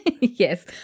Yes